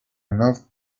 enough